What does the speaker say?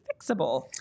fixable